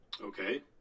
Okay